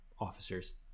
officers